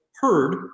heard